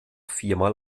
viermal